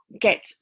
get